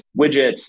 widgets